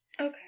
Okay